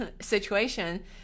situation